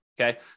Okay